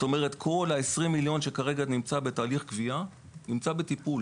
כלומר כל ה-20 מיליון ש"ח שכרגע נמצאים בתהליך גבייה נמצאים בטיפול